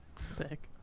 Sick